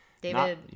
David